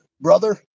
Brother